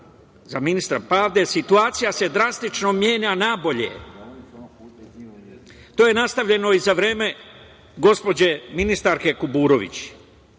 za ministra pravde, situacija se drastično menja nabolje, a to je nastavljeno i za vreme gospođe ministarke